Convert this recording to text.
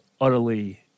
utterly